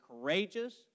courageous